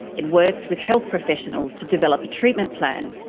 it works with health professionals to develop a treatment plan.